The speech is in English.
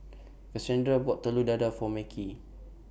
Kasandra bought Telur Dadah For Macey